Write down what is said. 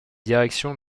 direction